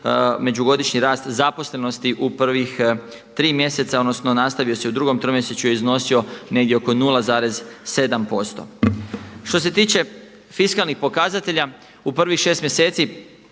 međugodišnji rast zaposlenosti u prvih tri mjeseca odnosno nastavio se i u drugom tromjesečju i iznosio negdje oko 0,7%. Što se tiče fiskalnih pokazatelja u prvih šest mjeseci